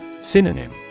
Synonym